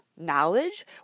knowledge